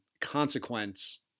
consequence